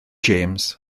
james